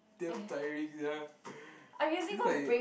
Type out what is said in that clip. damn tiring sia it's like